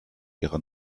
ihrer